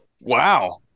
Wow